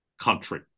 country